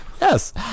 Yes